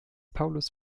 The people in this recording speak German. paulus